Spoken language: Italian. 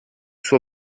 suo